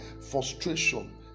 frustration